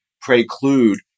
preclude